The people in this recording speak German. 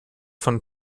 von